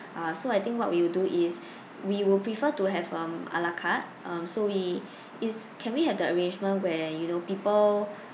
uh so I think what we will do is we will prefer to have um ala carte um so we is can we have the arrangement where you know people